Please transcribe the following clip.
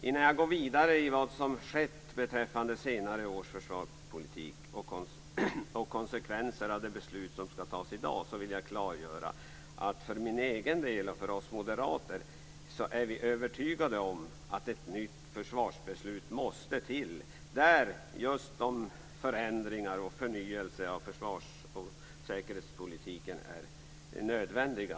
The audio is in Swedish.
Innan jag går vidare i vad som skett beträffande senare års försvarspolitik och konsekvenser av det beslut som skall fattas i dag vill jag klargöra att vi moderater är övertygade om att ett nytt försvarsbeslut måste till där förändringar och förnyelse av försvarsoch säkerhetspolitiken är nödvändigt.